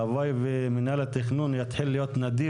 הלוואי שמנהל התכנון יתחיל להיות נדיב